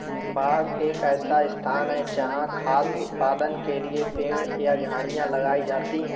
बाग एक ऐसा स्थान है जहाँ खाद्य उत्पादन के लिए पेड़ या झाड़ियाँ लगाई जाती हैं